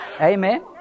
Amen